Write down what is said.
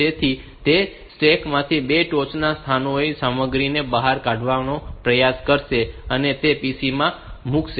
તેથી તે સ્ટેક માંથી બે ટોચના સ્થાનોની સામગ્રીને બહાર કાઢવાનો પ્રયાસ કરશે અને તેને PC માં મૂકશે